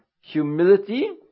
humility